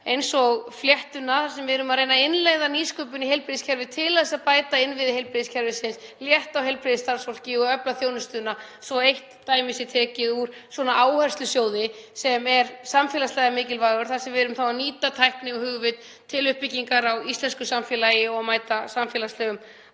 eins og Fléttuna núna þar sem við erum að reyna að innleiða nýsköpun í heilbrigðiskerfið til að bæta innviði heilbrigðiskerfisins, létta á heilbrigðisstarfsfólki og efla þjónustuna, svo eitt dæmi sé tekið úr svona áherslusjóði sem er samfélagslega mikilvægur þar sem við erum þá að nýta tækni og hugvit til uppbyggingar á íslensku samfélagi og mæta samfélagslegum